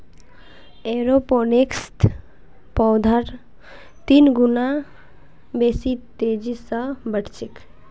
एरोपोनिक्सत पौधार तीन गुना बेसी तेजी स बढ़ छेक